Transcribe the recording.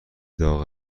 داغ